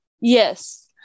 Yes